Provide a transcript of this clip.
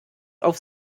auf